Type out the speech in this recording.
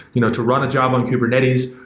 you know to run a job on kubernetes,